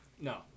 No